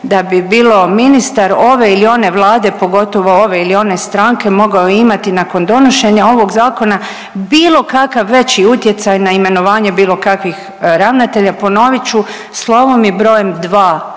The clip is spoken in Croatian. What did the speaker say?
da bi bilo ministar ove ili one vlade, pogotovo ove ili one stranke mogao imati nakon donošenja ovog Zakona bilo kakav veći utjecaj na imenovanje bilo kakvih ravnatelja. Ponovit ću slovom i brojem,